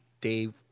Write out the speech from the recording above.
Dave